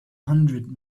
hundred